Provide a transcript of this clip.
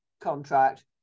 contract